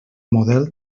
model